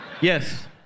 Yes